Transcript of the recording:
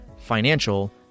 financial